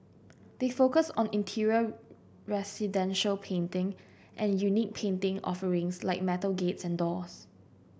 they focus on interior residential painting and unique painting offerings like metal gates and doors